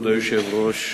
כבוד היושב-ראש,